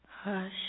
Hush